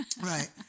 right